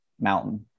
Mountain